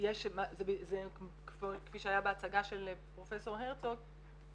שיש --- זה כפי שהיה בהצגה של פרופ' הרצוג,